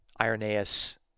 Irenaeus